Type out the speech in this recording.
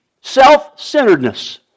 Self-centeredness